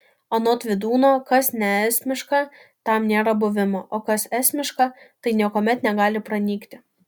anot vydūno kas neesmiška tam nėra buvimo o kas esmiška tai niekuomet negali pranykti